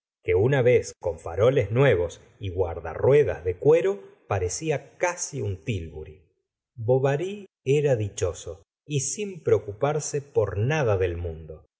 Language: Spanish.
que una vez con faroles nuevos y guarda ruedas de cuero parecía casi un tilburi bovary era dichoso y sin preocuparse por nada del mundo una